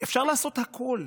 אפשר לעשות הכול.